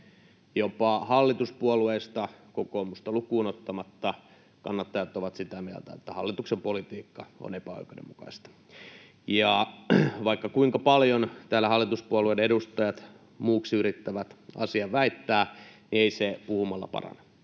Jopa hallituspuolueista kokoomusta lukuun ottamatta kannattajat ovat sitä mieltä, että hallituksen politiikka on epäoikeudenmukaista. Vaikka kuinka paljon täällä hallituspuolueiden edustajat muuksi yrittävät asian väittää, niin ei se puhumalla parane.